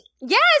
Yes